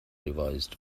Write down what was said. revised